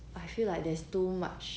I feel like there's too much